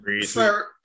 Sir